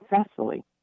successfully